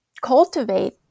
cultivate